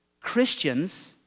Christians